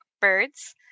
birds